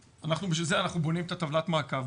בשביל זה אנחנו בונים את טבלת המעקב.